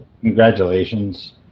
congratulations